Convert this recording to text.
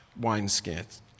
wineskins